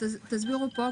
תסבירו פה,